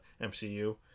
MCU